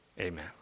amen